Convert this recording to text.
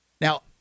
Now